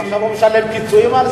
אז עכשיו הוא משלם פיצויים על זה?